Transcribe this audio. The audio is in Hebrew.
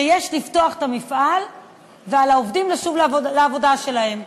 שיש לפתוח את המפעל ועל העובדים לשוב לעבודה שלהם.